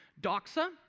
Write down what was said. Doxa